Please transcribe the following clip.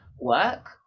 work